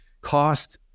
cost